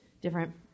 different